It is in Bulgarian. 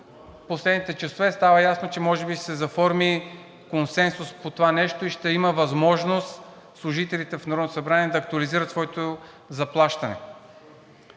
но последните часове става ясно, че може би ще се заформи консенсус по това нещо и ще има възможност служителите в Народното събрание да актуализират своето заплащане.